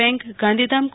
bank Gandhidham કો